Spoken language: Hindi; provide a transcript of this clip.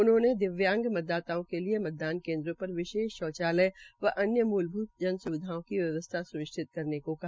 उन्होनें दिव्यांग मतदाताओं के लिए मतदान केन्द्रों पर विशेष शौचालय व अन्य मूलभूत जन स्विधाओं की व्यवस्था स्निश्चित करने को कहा